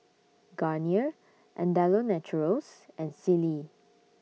Garnier Andalou Naturals and Sealy